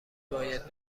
باید